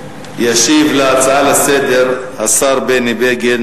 ישיב על ההצעה לסדר-היום השר בני בגין,